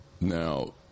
now